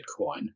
Bitcoin